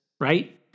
right